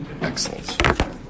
Excellent